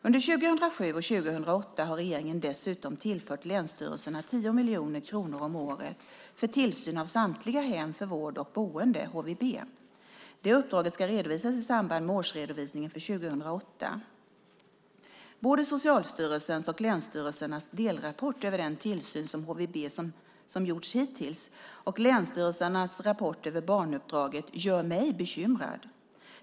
Under 2007 och 2008 har regeringen dessutom tillfört länsstyrelserna 10 miljoner kronor om året för tillsyn av samtliga hem för vård eller boende, HVB. Det uppdraget ska redovisas i samband med årsredovisningen för 2008. Både Socialstyrelsens och länsstyrelsernas delrapport över den tillsyn av HVB som gjorts hittills och länsstyrelsernas rapport över barnuppdraget gör mig bekymrad.